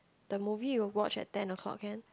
the movie we watch at ten o-clock can